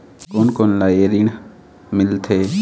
कोन कोन ला ये ऋण मिलथे?